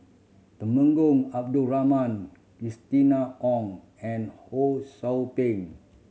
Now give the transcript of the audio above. Temenggong Abdul Rahman Christina Ong and Ho Sou Ping